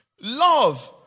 Love